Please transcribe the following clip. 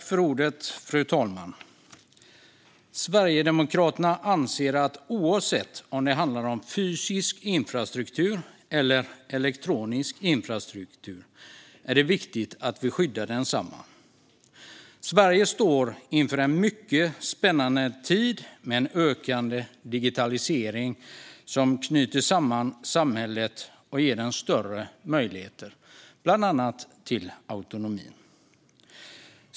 Fru talman! Sverigedemokraterna anser att oavsett om det handlar om fysisk infrastruktur eller om elektronisk infrastruktur är det viktigt att vi skyddar densamma. Sverige står inför en mycket spännande tid med en ökande digitalisering som knyter samman samhället och ger större möjligheter till bland annat autonomi.